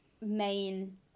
main